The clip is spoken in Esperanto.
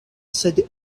sed